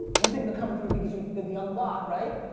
you think they're coming through because you did the unblock, right?